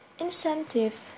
incentive